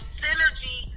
synergy